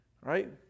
Right